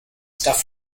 stuff